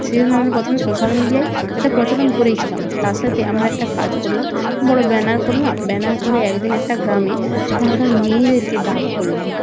সেই জন্য আমি প্রথমে সোশ্যাল মিডিয়ায় এটার প্রচলন করেছিলাম তার সাথে আমরা একটা কাজ করলাম বড় ব্যানার করলাম ব্যানার করে একদিন একটা গ্রামে সেখানকার মেয়েদেরকে ডাক করলাম